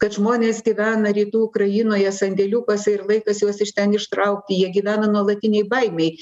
kad žmonės gyvena rytų ukrainoje sandėliukuose ir laikas juos iš ten ištraukti jie gyvena nuolatinėj baimėj